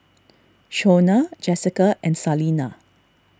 Shonna Jessika and Salina